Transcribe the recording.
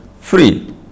free